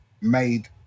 made